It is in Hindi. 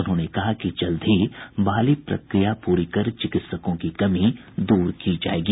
उन्होंने कहा कि जल्द ही बहाली प्रक्रिया पूरी कर चिकित्सकों की कमी दूर की जायेगी